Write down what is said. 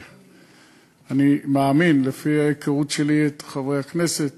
אני מאמין, לפי ההיכרות שלי את חברי הכנסת